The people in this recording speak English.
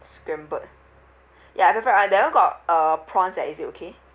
scrambled ya I prefer l that one got uh prawns eh is it okay